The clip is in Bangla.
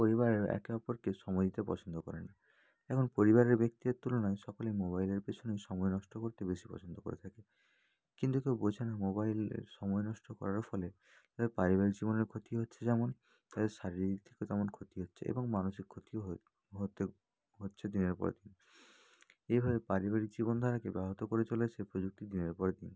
পরিবারের একে অপরকে সময় দিতে পছন্দ করে না এখন পরিবারের ব্যক্তিদের তুলনায় সকলেই মোবাইলের পেছনেই সময় নষ্ট করতে বেশি পছন্দ করে থাকে কিন্তু কেউ বোঝে না মোবাইলের সময় নষ্ট করার ফলে তার পারিবারিক জীবনের ক্ষতি হচ্ছে যেমন তাই শারীরিক থেকেও তেমন ক্ষতি হচ্ছে এবং মানসিক ক্ষতিও হতে হচ্ছে দিনের পর দিন এইভাবে পারিবারিক জীবনধারাকে ব্যাহত করে চলেছে প্রযুক্তি দিনের পরে দিন